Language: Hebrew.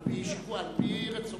על-פי רצונך.